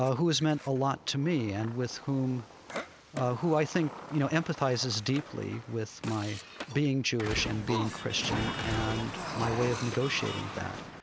ah who has meant a lot to me, and who um who i think, you know, empathizes deeply with my being jewish and being christian and my way of negotiating that.